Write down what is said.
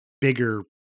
bigger